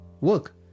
work